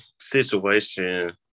situation